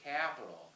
capital